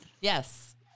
Yes